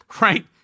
right